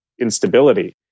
instability